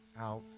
out